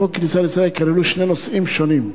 לחוק הכניסה לישראל כללו שני נושאים שונים.